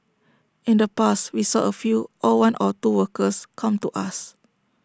in the past we saw A few or one or two workers come to us